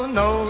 no